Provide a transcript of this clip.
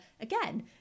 again